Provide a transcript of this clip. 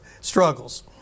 struggles